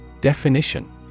Definition